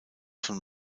von